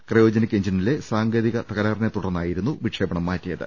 ക്രയോജ നിക് എഞ്ചിനിലെ സാങ്കേതിക തക്ടർറിനെത്തുടർന്നായിരുന്നു വിക്ഷേപണം മാറ്റിയത്